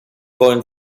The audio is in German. wollen